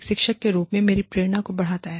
एक शिक्षक के रूप में यही मेरी प्रेरणा को बढ़ाता है